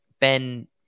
Ben